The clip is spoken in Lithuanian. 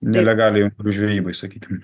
nelegaliai žvejybai sakykim